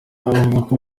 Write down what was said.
avuka